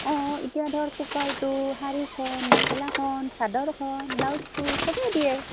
অঁ এতিয়া ধৰ কুকাৰটো শাড়ীখন মেখেলাখন চাদৰখন ব্লাউজটো চবেই দিয়ে